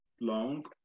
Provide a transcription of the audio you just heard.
long